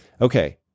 Okay